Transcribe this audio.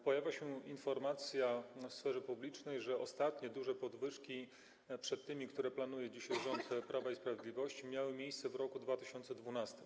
Pojawia się informacja w sferze publicznej, że ostatnie duże podwyżki przed tymi, które planuje dzisiaj rząd Prawa i Sprawiedliwości, miały miejsce w roku 2012.